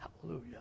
Hallelujah